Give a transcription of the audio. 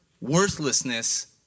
worthlessness